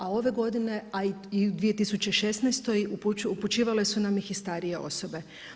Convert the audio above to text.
A ove godine a i u 2016. upućivale su nam i starije osobe.